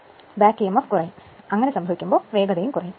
അതിനാൽ back EMF കുറയും അങ്ങനെ സംഭവിക്കുമ്പോൾ വേഗതയും കുറയും